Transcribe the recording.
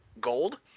gold